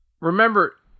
Remember